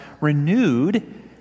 renewed